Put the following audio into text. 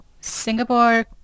Singapore